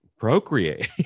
procreate